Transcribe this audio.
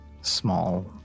small